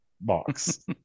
box